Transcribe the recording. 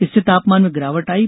इससे तापमान में गिरावट आई है